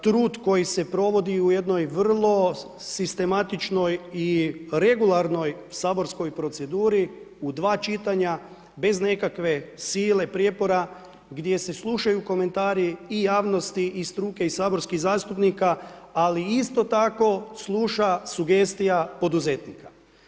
Trud koji se provodi u jednoj vrlo sistematičnoj i regularnoj saborskoj proceduri u dva čitanja, bez nekakve sile, prijepora, gdje se slušaju komentari i javnosti i struke i saborskih zastupnika ali isto tako sluša sugestija poduzetnika.